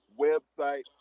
website